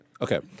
okay